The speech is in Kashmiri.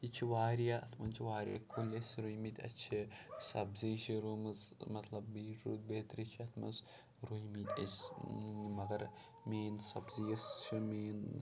یہِ چھُ واریاہ اَتھ منٛز چھِ واریاہ کُلۍ اسہِ رُویمِتۍ اسہِ چھِ سبزی چھِ رُومٕژ مطلب بیٖٹ روٗٹ بیترِ چھِ اَتھ منٛز رُویمِتۍ اسہِ مگر میٛٲنۍ سبزی یۄس چھِ میٛٲنۍ